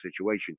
situation